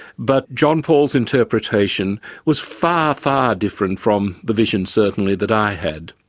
but john paul's interpretation was far, far different from the vision certainly that i had.